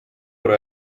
pro